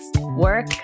work